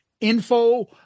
info